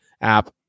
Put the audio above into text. app